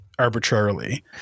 Arbitrarily